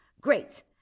Great